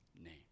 name